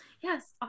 Yes